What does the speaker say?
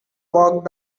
walked